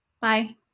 Bye